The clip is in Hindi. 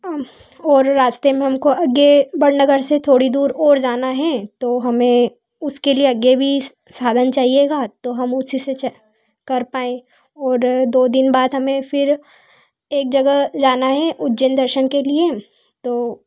और रास्ते में हमको आगे बड़नगर से थोड़ी दूर और जाना है तो हमें उसके लिए आगे भी साधन चाहिएगा तो हम उसीसे च कर पाएँ ओर दो दिन बाद हमें फिर एक जगह जाना है उज्जैन दर्शन के लिए तो